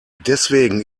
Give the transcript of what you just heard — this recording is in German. deswegen